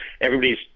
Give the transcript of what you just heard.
Everybody's